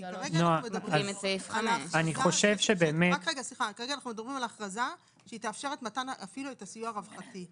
כרגע אנחנו מדברים על הכרזה שתאפשר את הסיוע הרווחתי.